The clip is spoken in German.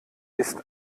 ist